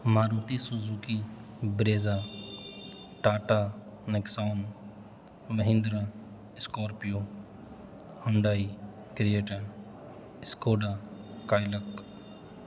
Maruti Suzuki Brezza Tata Nexon Mahindra Scorpio Hyundai Creta Skoda Kylaq